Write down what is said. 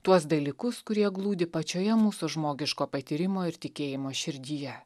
tuos dalykus kurie glūdi pačioje mūsų žmogiško patyrimo ir tikėjimo širdyje